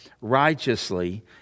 righteously